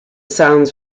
sounds